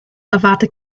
erwarte